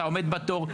אתה עומד בתור,